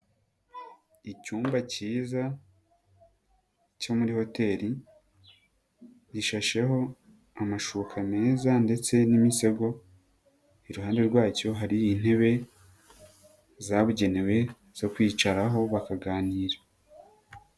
Icyumba cyiza cyo muri hoteli, gishasheho amashuka meza ndetse n'imisego, iruhande rwacyo hari intebe zabugenewe zo kwicaraho bakaganira.